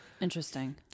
Interesting